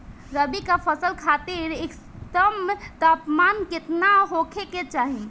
रबी क फसल खातिर इष्टतम तापमान केतना होखे के चाही?